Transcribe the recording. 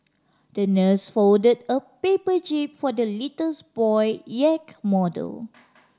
the nurse folded a paper jib for the little boy yacht model